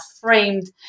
framed